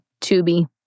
Tubi